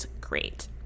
great